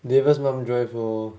darius mum drive lor